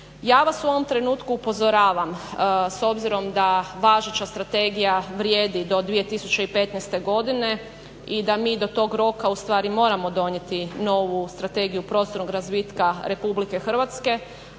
Ja vas u ovom trenutku upozoravam s obzirom da važeća strategija vrijedi do 2015. godine i da mi do tog roka ustvari moramo donijeti novu Strategiju prostornog razvitka Republike Hrvatske,